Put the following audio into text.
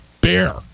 bear